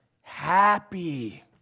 happy